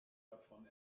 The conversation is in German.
davon